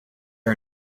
are